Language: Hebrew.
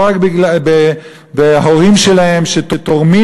לא רק בתרומות שההורים שלהם תורמים